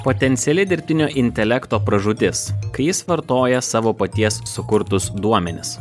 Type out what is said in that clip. potenciali dirbtinio intelekto pražūtis kai jis vartoja savo paties sukurtus duomenis